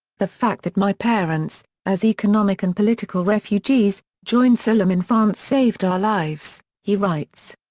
the fact that my parents, as economic and political refugees, joined szolem in france saved our lives, he writes.